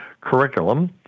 curriculum